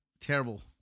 Terrible